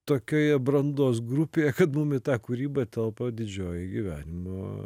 tokioje brandos grupėje kad mum į tą kūrybą telpa didžioji gyvenimo